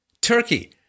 Turkey